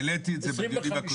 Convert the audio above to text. העליתי את זה בדיונים הקודמים.